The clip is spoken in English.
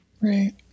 Right